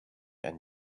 and